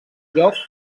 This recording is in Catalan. lloc